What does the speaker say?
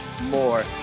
more